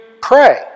pray